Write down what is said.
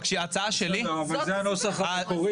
בסדר, אבל זה הנוסח המקורי.